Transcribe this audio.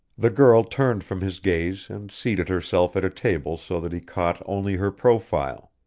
the girl turned from his gaze and seated herself at a table so that he caught only her profile.